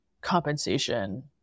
compensation